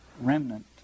remnant